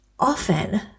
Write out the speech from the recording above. Often